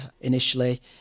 initially